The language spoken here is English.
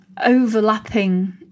overlapping